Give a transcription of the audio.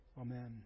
Amen